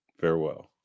Farewell